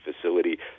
facility